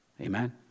Amen